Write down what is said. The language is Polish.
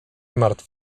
martw